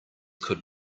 could